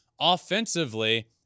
offensively